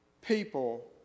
people